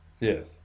Yes